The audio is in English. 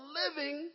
living